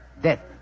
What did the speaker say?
death